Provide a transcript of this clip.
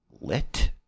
lit